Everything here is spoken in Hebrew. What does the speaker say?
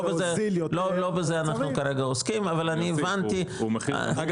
לא בזה אנחנו כרגע עוסקים אבל אני הבנתי -- אגב,